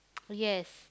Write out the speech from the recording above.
yes